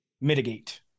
mitigate